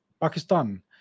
Pakistan